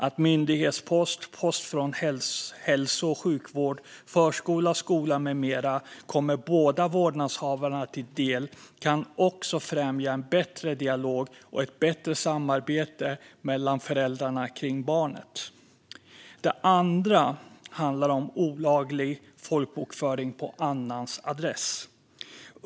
Att myndighetspost, post från hälso och sjukvård, förskola och skola med mera kommer båda vårdnadshavarna till del kan också främja en bättre dialog och ett bättre samarbete mellan föräldrarna kring barnet. Det andra handlar om olaglig folkbokföring på annans adress.